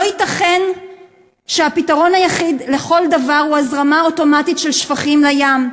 לא ייתכן שהפתרון היחיד לכל דבר הוא הזרמה אוטומטית של שפכים לים.